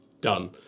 done